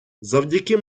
завдяки